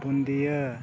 ᱵᱩᱫᱤᱭᱟᱹ